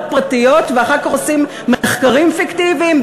פרטיות ואחר כך עושים מחקרים פיקטיביים?